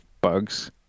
bugs